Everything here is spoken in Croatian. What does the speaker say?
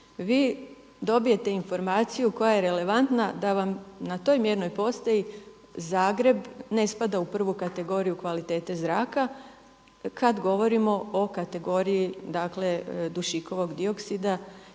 Vi dobijete informaciju koja je relevantna da vam na toj mjernoj postaji Zagreb ne spada u prvu kategoriju kvalitete zraka kada govorimo o kategoriji dakle dušikovog dioksida.